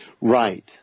Right